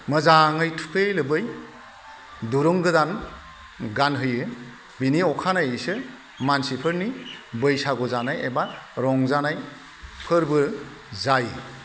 मोजाङै थुखैयै लोबै दुरुं गोदान गानहोयो बेनि अखानायैसो मानसिफोरनि बैसागु जानाय एबा रंजानाय फोरबो जायो